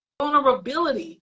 Vulnerability